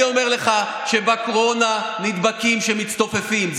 אני אומר לך שבקורונה נדבקים כשמצטופפים.